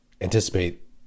anticipate